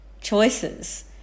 choices